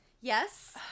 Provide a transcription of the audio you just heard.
yes